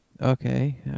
Okay